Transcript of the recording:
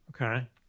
Okay